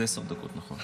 זה עשר דקות, נכון?